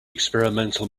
experimental